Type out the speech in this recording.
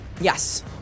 Yes